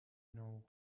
know